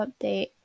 update